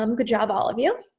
um good job all of you.